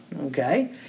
Okay